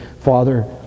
Father